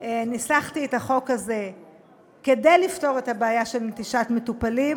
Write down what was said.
אני מבחינתי ניסחתי את החוק הזה כדי לפתור את הבעיה של נטישת מטופלים.